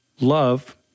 Love